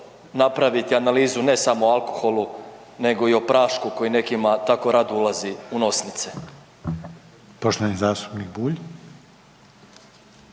napraviti analizu ne samo o alkoholu nego i o prašku koji nekima tako rado ulazi u nosnice.